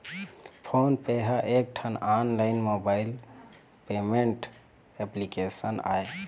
phone पे ह एकठन ऑनलाइन मोबाइल पेमेंट एप्लीकेसन आय